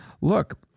look